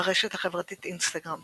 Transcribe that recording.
ברשת החברתית אינסטגרם